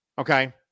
okay